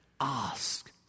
ask